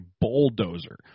bulldozer